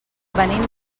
venim